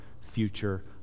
future